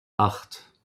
acht